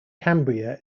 cambria